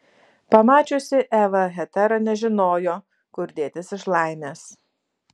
pamačiusi evą hetera nežinojo kur dėtis iš laimės